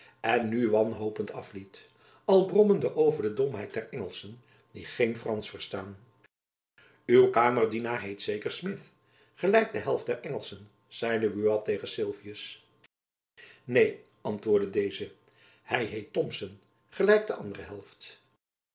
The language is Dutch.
en nu wanhopend afliet al brommende over de domheid der engelschen die geen fransch verstaan uw kamerdienaar heet zeker smith gelijk de helft der engelschen zeide buat tegen sylvius neen antwoordde deze hy heet thomson gelijk de andere helft